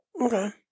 Okay